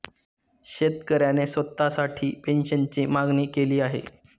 शेतकऱ्याने स्वतःसाठी पेन्शनची मागणी केली आहे